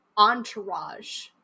entourage